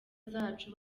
zacu